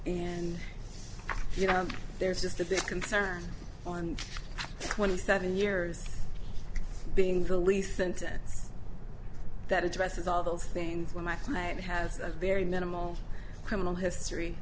and you know there's just a big concern on twenty seven years being the least and that addresses all those things when my client has a very minimal criminal history